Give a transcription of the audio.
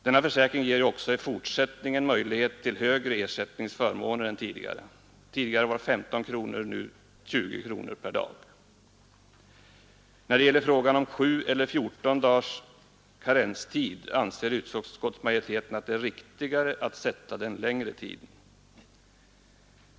Denna försäkring ger ju i fortsättningen också möjlighet till högre ersättningsförmåner än tidigare — då var beloppet 15 kronor och nu är det 20 kronor per dag. När det gäller frågan om 7 eller 14 dagars karenstid anser utskottsmajoriteten att det är riktigare att sätta den längre tiden.